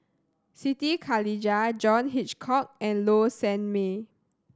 Siti Khalijah John Hitchcock and Low Sanmay